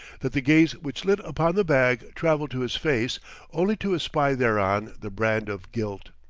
that the gaze which lit upon the bag traveled to his face only to espy thereon the brand of guilt.